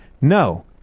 no